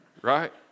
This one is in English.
Right